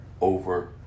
over